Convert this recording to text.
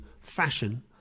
fashion